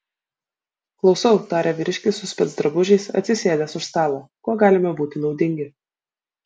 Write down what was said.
klausau tarė vyriškis su specdrabužiais atsisėdęs už stalo kuo galime būti naudingi